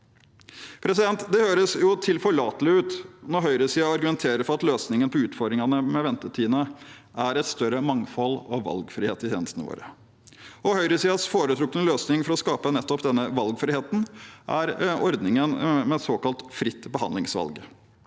Det høres tilforlatelig ut når høyresiden argumenterer for at løsningen på utfordringene med ventetidene er et større mangfold og valgfrihet i tjenestene våre, og høyresidens foretrukne løsning for å skape nettopp denne valgfriheten er ordningen med såkalt fritt behandlingsvalg.